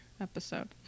episode